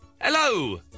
Hello